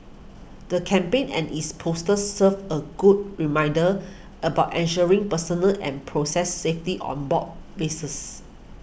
the campaign and its posters serve a good reminders about ensuring personal and process safety on board vessels